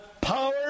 power